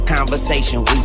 Conversation